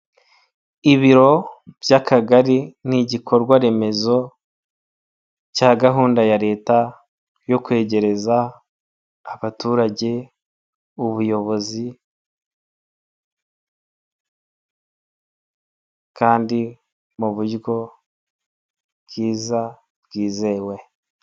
Ibiro by'Akagari ni igikorwa remezo cya gahunda ya leta yo kwegereza abaturage ubuyobozi kandi mu buryo bwiza bwizewe.